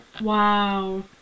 Wow